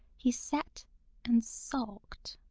he sat and sulked.